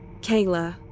Kayla